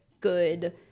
good